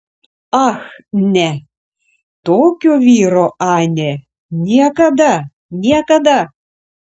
ach ne tokio vyro anė niekada niekada